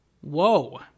Whoa